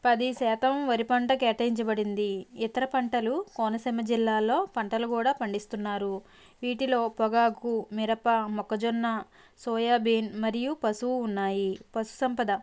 పది శాతం వరి పంట కేటాయించబడింది ఇతర పంటలు కోనసీమ జిల్లాలో పంటలు కూడా పండిస్తున్నారు వీటిలో పొగాకు మిరప మొక్కజొన్న సోయాబీన్ మరియు పసుపు ఉన్నాయి పశుసంపద